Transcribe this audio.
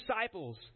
disciples